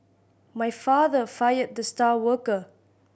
my father fired the star worker